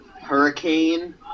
Hurricane